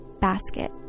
basket